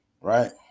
right